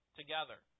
together